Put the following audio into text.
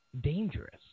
dangerous